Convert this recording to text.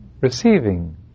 receiving